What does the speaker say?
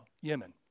Yemen